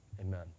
Amen